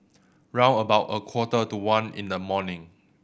round about a quarter to one in the morning